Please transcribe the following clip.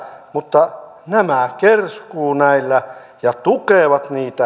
mutta nämä kerskuvat näillä ja tukevat niitä